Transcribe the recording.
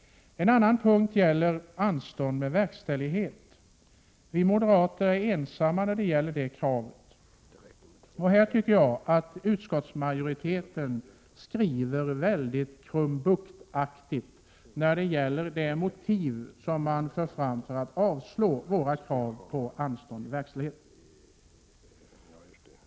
En annan punkt gäller krav på anstånd med verkställighet. Vi moderater är ensamma om detta krav. Här tycker jag att utskottsmajoriteten skriver krumbuktaktigt om de motiv som förs fram för att avstyrka vårt krav på anstånd med verkställighet.